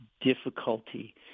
difficulty